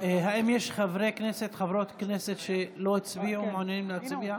האם יש חברי כנסת או חברות כנסת שלא הצביעו ומעוניינים להצביע?